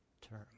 term